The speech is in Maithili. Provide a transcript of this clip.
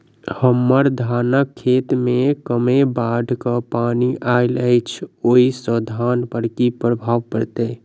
हम्मर धानक खेत मे कमे बाढ़ केँ पानि आइल अछि, ओय सँ धान पर की प्रभाव पड़तै?